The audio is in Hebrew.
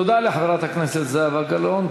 תודה לחברת הכנסת זהבה גלאון.